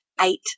eight